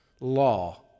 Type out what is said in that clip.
law